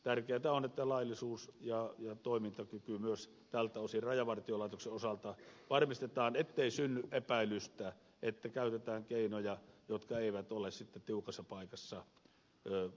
tärkeätä on että laillisuus ja toimintakyky myös tältä osin rajavartiolaitoksen osalta varmistetaan ettei synny epäilystä että käytetään keinoja jotka eivät ole sitten tiukassa paikassa asianmukaisia